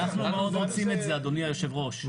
אנחנו מאוד רוצים את זה אדוני היושב ראש,